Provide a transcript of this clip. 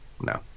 no